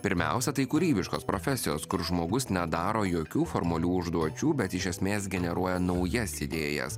pirmiausia tai kūrybiškos profesijos kur žmogus nedaro jokių formalių užduočių bet iš esmės generuoja naujas idėjas